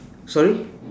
sorry